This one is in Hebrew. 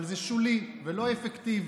אבל זה שולי ולא אפקטיבי.